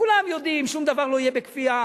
כולם יודעים, שום דבר לא יהיה בכפייה.